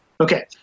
Okay